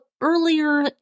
earlier